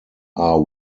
are